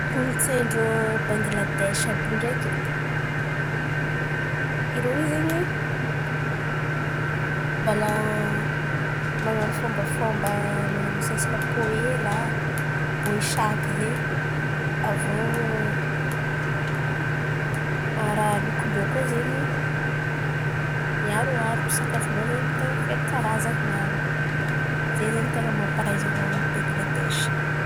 Kolontsain̈y ndrô Bengiladesy ndreky irô io zen̈y, mbala man̈ano fomba fomba man̈ano resaka poela, Boisaky izen̈y. Avô raha aloky ndrô koa zen̈y miaro sakafo ndrô zen̈y ten̈a feno karazany maro, zen̈y zen̈y ten̈a mampalaza irô Bengiladesy io.